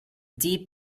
deep